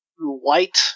white